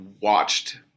watched